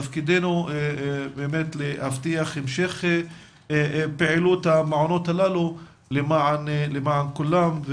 תפקידנו להבטיח המשך פעילות המעונות הללו למען כולם,